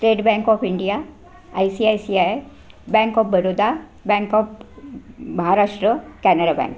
state bank of India I C I C I bank of Baroda bank of Maharashtra Canara bank